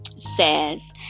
Says